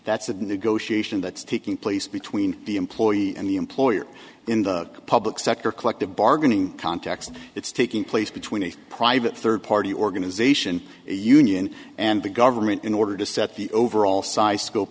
that's a negotiation that's taking place between the employee and the employer in the public sector collective bargaining context it's taking place between a private third party organization union and the government in order to set the overall size scope